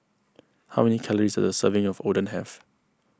how many calories does a serving of Oden have